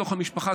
בתוך המשפחה,